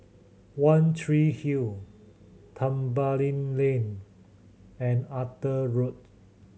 One Tree Hill Tembeling Lane and Arthur Road